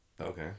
Okay